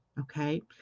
Okay